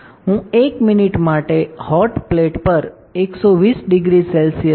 હું 1 મિનિટ માટે hot plate પર 1200 C પર